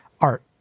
art